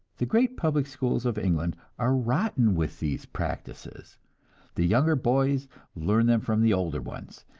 the great public schools of england are rotten with these practices the younger boys learn them from the older ones,